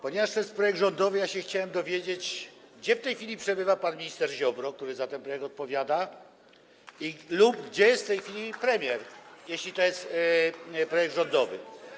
Ponieważ to jest projekt rządowy, chciałem się dowiedzieć, gdzie w tej chwili przebywa pan minister Ziobro, który za ten projekt odpowiada, lub gdzie jest w tej chwili premier, jeśli to jest projekt rządowy.